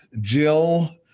Jill